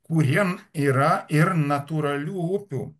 kuriem yra ir natūralių upių